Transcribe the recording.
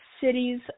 cities